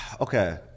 okay